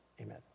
Amen